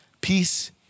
Peace